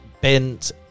bent